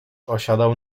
osiadał